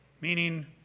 meaning